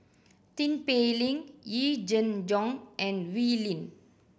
Tin Pei Ling Yee Jenn Jong and Wee Lin